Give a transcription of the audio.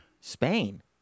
Spain